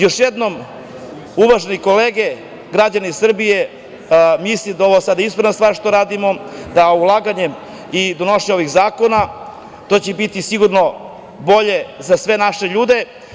Još jednom, uvažene kolege, građani Srbije, mislim da je ovo sad ispravna stvar što radimo, da ulaganjem i donošenjem ovih zakona, to će biti sigurno bolje za sve naše ljude.